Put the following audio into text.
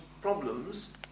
problems